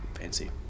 Fancy